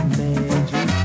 magic